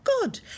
Good